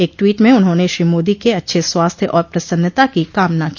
एक ट्वीट में उन्होंने श्री मोदी के अच्छे स्वास्थ्य और प्रसन्नता की कामना की